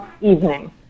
evening